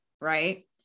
right